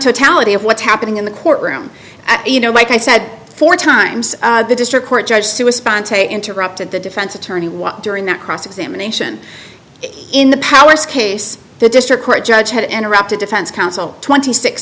of what's happening in the courtroom you know like i said four times the district court judge who was spontaneous interrupted the defense attorney what during that cross examination in the powers case the district court judge had interrupted defense counsel twenty six